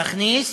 להכניס